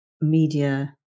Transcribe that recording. media